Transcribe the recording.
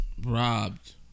Robbed